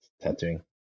tattooing